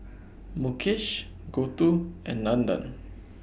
Mukesh Gouthu and Nandan